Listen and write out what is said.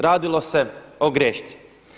Radilo se o grešci.